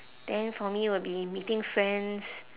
then for me would be meeting friends